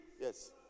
Yes